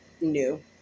new